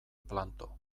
planto